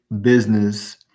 business